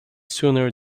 sooner